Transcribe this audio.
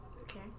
Okay